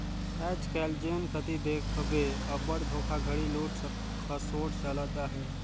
आएज काएल जेन कती देखबे अब्बड़ धोखाघड़ी, लूट खसोट चलत अहे